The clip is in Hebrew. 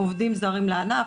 עובדים זרים לענף.